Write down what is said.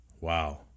Wow